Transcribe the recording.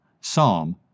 Psalm